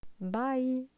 bye